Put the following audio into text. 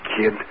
kid